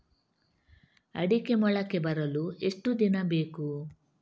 ಅಡಿಕೆ ಮೊಳಕೆ ಬರಲು ಎಷ್ಟು ದಿನ ಬೇಕು?